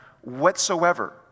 whatsoever